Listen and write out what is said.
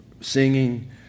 Singing